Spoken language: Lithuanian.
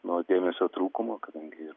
nuo dėmesio trūkumo kadangi